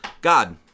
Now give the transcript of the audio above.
God